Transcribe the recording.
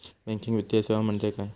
Banking वित्तीय सेवा म्हणजे काय?